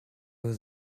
was